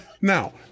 Now